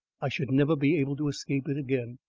i should never be able to escape it again.